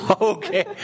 Okay